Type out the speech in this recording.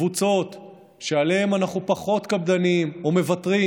קבוצות, שלגביהם אנחנו פחות קפדניים או מוותרים